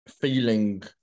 feeling